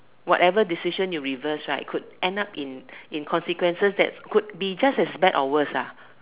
whatever decision you reverse right could end up in in consequences that could be just as bad or worse ah